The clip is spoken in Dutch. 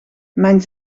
mijn